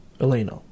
Elena